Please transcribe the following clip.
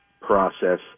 process